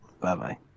Bye-bye